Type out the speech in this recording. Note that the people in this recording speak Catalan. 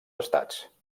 estats